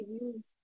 use